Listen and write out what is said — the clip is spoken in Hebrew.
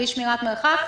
בלי שמירת מרחק.